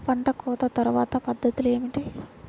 పంట కోత తర్వాత పద్ధతులు ఏమిటి?